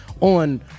on